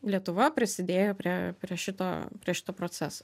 lietuva prisidėjo prie prie šito prie šito proceso